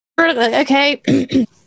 Okay